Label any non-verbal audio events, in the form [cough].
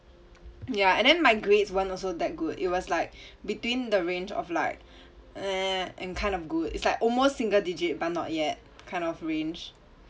[noise] ya and then my grades weren't also that good it was like between the range of like [noise] and kind of good it's like almost single digit but not yet kind of range